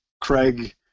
Craig